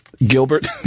Gilbert